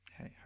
hey